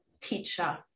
teacher